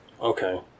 Okay